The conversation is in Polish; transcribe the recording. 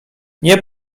nie